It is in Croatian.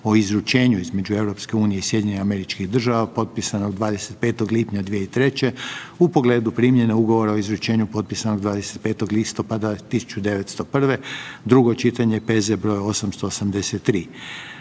o izručenju između EU i SAD-a potpisanog 25. lipnja 2003. U pogledu primjene Ugovora o izručenju potpisanog 25. listopada 1901., drugo čitanje, P.Z. br. 883.